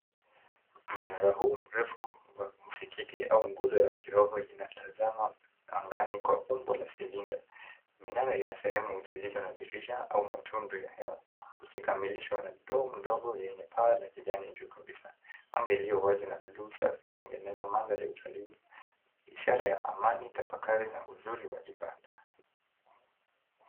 Mnara huu mrefu wa msikiti, au nguzo ya kiroho, inatazama angani kwa umbo la cylinder . Minara ina sehemu zilizo na dirisha au matundu ya hewa, ikikamilishwa na dome ndogo yenye paa la kijani, juu kabisa. Anga iliyo wazi na blue , safi, hutengeneza mandhari ya utulivu, ishara ya amani, tafakari na uzuri wa ibada.